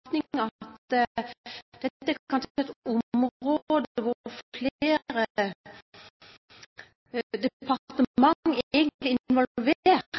dette kanskje er et område som flere departement egentlig er